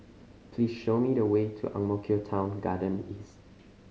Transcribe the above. please show me the way to Ang Mo Kio Town Garden East